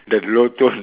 that low tone